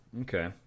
Okay